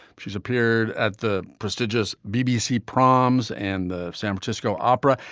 she's appeared at the prestigious bbc proms and the san francisco opera.